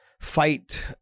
fight